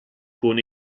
con